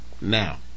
Now